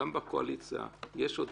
גם בקואליציה יש עוד